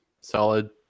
solid